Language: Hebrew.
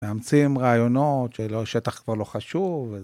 מאמצים רעיונות ששטח כבר לא חשוב.